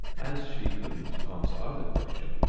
as she couldn't answer either question,